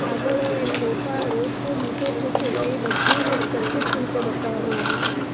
આગળ એના રોપા રોપ મોટો થશે એ બધું જ એને પ્રત્યક્ષ રીતે બતાવવામાં આવે છે